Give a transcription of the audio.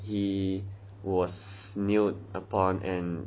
he was kneeled upon and then